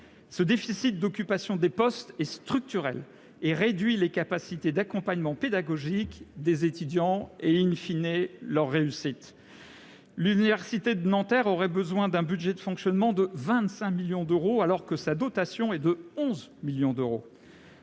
Ce déficit d'occupation des postes est structurel, réduit les capacités d'accompagnement pédagogique des étudiants et,, leur réussite. L'université de Nanterre aurait besoin d'un budget de fonctionnement de 25 millions d'euros, alors que sa dotation est de 11 millions d'euros.